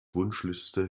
wunschliste